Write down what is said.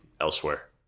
elsewhere